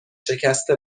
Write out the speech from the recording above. شکسته